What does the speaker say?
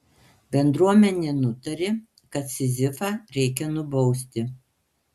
bendruomenė nutarė kad sizifą reikia nubausti